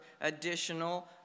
additional